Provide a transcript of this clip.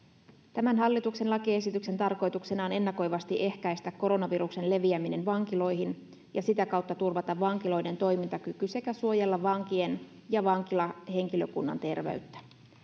tämän hallituksen lakiesityksen tarkoituksena on ennakoivasti ehkäistä koronaviruksen leviäminen vankiloihin ja sitä kautta turvata vankiloiden toimintakyky sekä suojella vankien ja vankilahenkilökunnan terveyttä